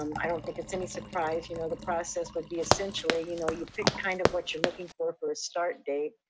um i don't think it's any surprise, you know the process would be essentially, you know you pick kind of what you're looking for for a start date,